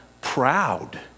proud